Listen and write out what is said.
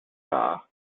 car